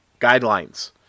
guidelines